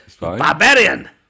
Barbarian